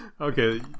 Okay